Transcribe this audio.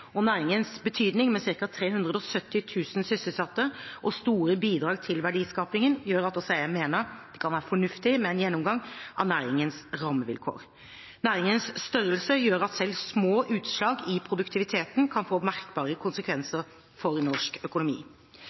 Næringens betydning – med ca. 370 000 sysselsatte og store bidrag til verdiskapingen – gjør at også jeg mener det kan være fornuftig med en gjennomgang av næringens rammevilkår. Næringens størrelse gjør at selv små utslag i produktiviteten kan få merkbare konsekvenser for norsk økonomi.